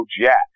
Jack